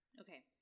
Okay